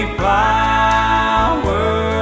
flowers